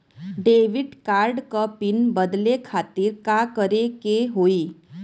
Debit card क PIN बदले खातिर का करेके होई?